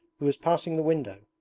who was passing the window.